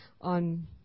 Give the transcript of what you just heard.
on